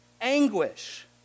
anguish